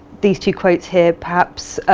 these two quotes here perhaps